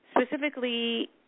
Specifically